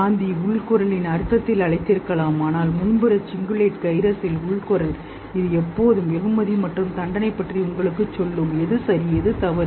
காந்தி உள் குரலின் அர்த்தத்தில் அழைத்திருக்கலாம் ஆனால் முன்புற சிங்குலேட் கைரஸின் உள் குரல் இது எப்போதும் வெகுமதி மற்றும் தண்டனை பற்றி உங்களுக்குச் சொல்லும் எது சரி எது தவறு